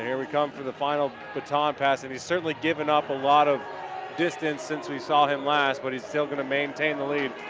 we come for the final baton pass. and he's certainly given up a lot of distance since we saw him last but he's so going to maintain the lead,